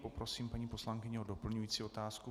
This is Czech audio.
Poprosím paní poslankyni o doplňující otázku.